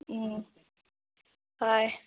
ꯎꯝ ꯍꯣꯏ